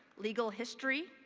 legal history,